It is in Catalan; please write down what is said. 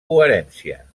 coherència